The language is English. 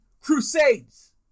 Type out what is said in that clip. Crusades